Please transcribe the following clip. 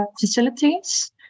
facilities